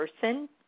person